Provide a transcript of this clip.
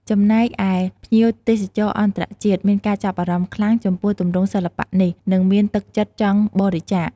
ចំណែកឯ ភ្ញៀវទេសចរអន្តរជាតិមានការចាប់អារម្មណ៍ខ្លាំងចំពោះទម្រង់សិល្បៈនេះ និងមានទឹកចិត្តចង់បរិច្ចាគ។